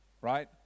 right